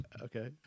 Okay